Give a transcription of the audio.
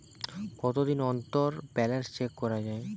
কতদিন অন্তর balance check করা য়ায়?